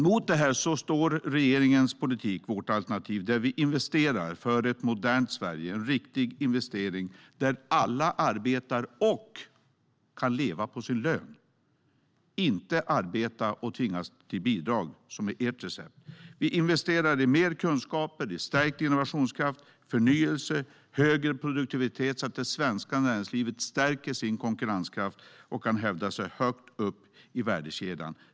Mot detta står regeringens politik, vårt alternativ, där vi investerar för ett modernt Sverige. Det är en riktig investering där alla arbetar och kan leva på sin lön - inte arbetar och tvingas till bidrag, som i ert recept. Vi investerar i mer kunskaper, stärkt innovationskraft, förnyelse och högre produktivitet, så att det svenska näringslivet stärker sin konkurrenskraft och kan hävda sig högt upp i värdekedjan.